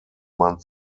man